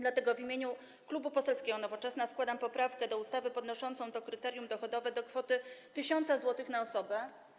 Dlatego w imieniu Klubu Poselskiego Nowoczesna składam poprawkę do ustawy podnoszącą to kryterium dochodowe do kwoty 1000 zł na osobę.